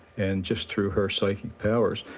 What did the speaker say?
and just through her psychic powers,